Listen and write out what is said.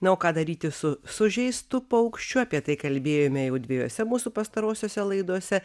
na o ką daryti su sužeistu paukščiu apie tai kalbėjome jau dviejose mūsų pastarosiose laidose